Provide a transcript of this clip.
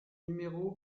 numéro